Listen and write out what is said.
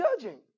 judging